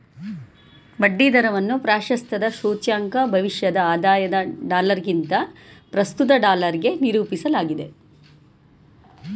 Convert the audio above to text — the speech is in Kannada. ಬಡ್ಡಿ ದರವನ್ನ ಪ್ರಾಶಸ್ತ್ಯದ ಸೂಚ್ಯಂಕ ಭವಿಷ್ಯದ ಆದಾಯದ ಡಾಲರ್ಗಿಂತ ಪ್ರಸ್ತುತ ಡಾಲರ್ಗೆ ನಿರೂಪಿಸಲಾಗಿದೆ